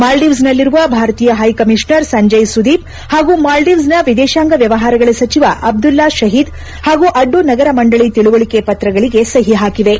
ಮಾಲ್ಲೀವ್ನಲ್ಲಿರುವ ಭಾರತೀಯ high commissioner Sanjay Sudeep ಹಾಗೂ ಮಾಲ್ಲೀವ್ನ ವಿದೇಶಾಂಗ ವ್ಯವಹಾರಗಳ ಸಚಿವ ಅಬ್ಲಲ್ಲಾ ಶಹೀದ್ ಹಾಗೂ ಅಡ್ಡು ನಗರ ಮಂಡಳಿ ತಿಳುವಳಿಕೆ ಪ್ರತಗಳಿಗೆ ಸಹಿ ಹಾಕಿವೆ